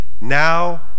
now